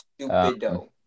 stupido